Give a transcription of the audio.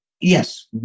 Yes